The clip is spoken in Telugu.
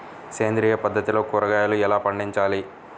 సేంద్రియ పద్ధతిలో కూరగాయలు ఎలా పండించాలి?